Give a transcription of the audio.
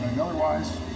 Otherwise